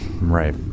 Right